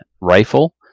rifle